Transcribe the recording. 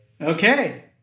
Okay